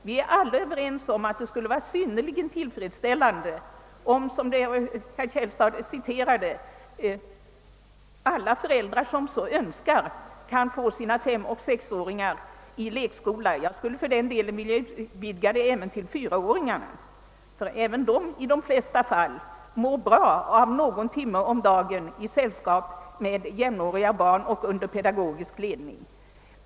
Vi är alla överens om att det skulle vara synnerligen tillfredsställande om, såsom herr Källstad sade, de föräldrar som så önskar kan få sina femoch sexåringar placerade i lekskola. Jag skulle vilja utvid ga detta till fyraåringar. även dessa mår i de flesta fall bra av att någon timme av dagen vistas i sällskap med jämnåriga barn under pedagogisk ledning.